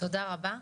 תודה רבה.